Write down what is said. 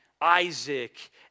Isaac